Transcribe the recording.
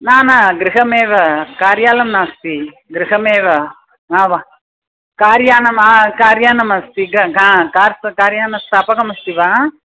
न न गृहमेव कार्यालयः नास्ति गृहमेव न वा कार्यानं कार्यानम् अस्ति ह कार् कार्यान स्थापकमस्ति वा